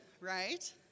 right